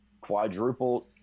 quadrupled